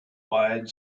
wide